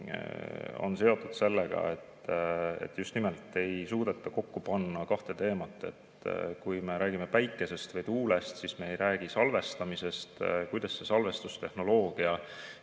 seotud sellega, et just nimelt ei suudeta kokku panna kahte teemat. Kui me räägime päikesest või tuulest, siis me ei räägi salvestamisest, kuidas see salvestustehnoloogia